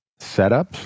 setups